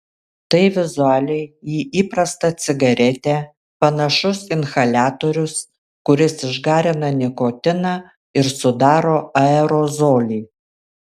tai vizualiai į įprastą cigaretę panašus inhaliatorius kuris išgarina nikotiną ir sudaro aerozolį